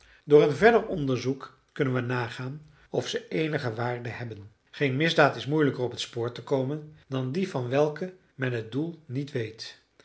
door een verder onderzoek kunnen we nagaan of ze eenige waarde hebben geen misdaad is moeilijker op t spoor te komen dan die van welke men het doel niet weet